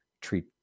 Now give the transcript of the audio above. treat